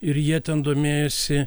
ir jie ten domėjosi